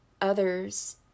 others